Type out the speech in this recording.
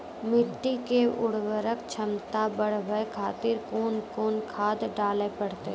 मिट्टी के उर्वरक छमता बढबय खातिर कोंन कोंन खाद डाले परतै?